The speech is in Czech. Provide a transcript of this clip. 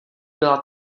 byla